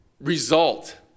result